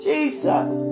Jesus